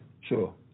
Sure